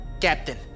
Captain